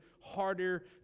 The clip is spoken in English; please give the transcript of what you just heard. harder